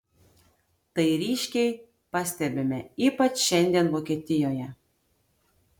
tai ryškiai pastebime ypač šiandien vokietijoje